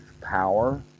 power